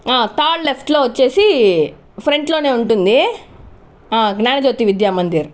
ఆ థార్డ్ లెఫ్ట్లో వచ్చేసి ఫ్రెంట్లోనే ఉంటుంది ఆ జ్ఞానజ్యోతి విద్యామందిర్